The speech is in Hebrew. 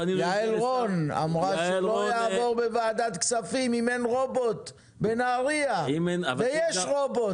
יעל רון אמרה שלא יעבור בוועדת כספים אם אין רובוט בנהריה ויש רובוט.